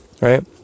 right